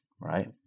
right